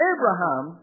Abraham